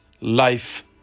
life